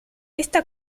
esta